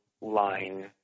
line